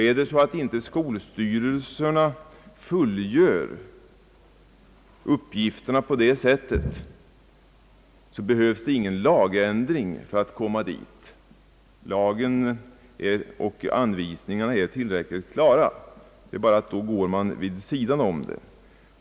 Fullgör inte skolstyrelserna uppgifterna så, behövs det ingen lagändring. Lagen och anvisningarna är tillräckligt klara, det är bara det att man tydligen ibland går vid sidan om dem.